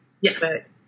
Yes